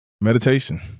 meditation